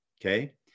Okay